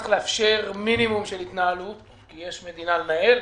צריך לאפשר מינימום של התנהלות כי יש מדינה לנהל,